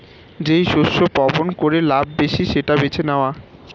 যেই শস্য বপন করে লাভ বেশি সেটা বেছে নেওয়া